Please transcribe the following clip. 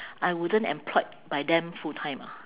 I wasn't employed by them full-time ah